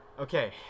Okay